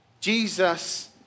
Jesus